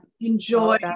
enjoy